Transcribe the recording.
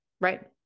Right